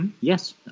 Yes